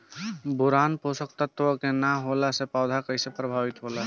Boron पोषक तत्व के न होला से पौधा कईसे प्रभावित होला?